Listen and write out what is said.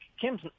Kim's